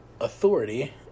authority